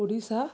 Odisha